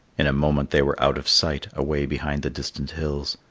in a moment they were out of sight, away behind the distant hills.